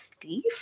thief